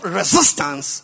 resistance